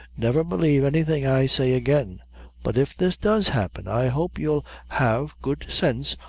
never b'lieve anything i say again but if this does happen, i hope you'll have good sense,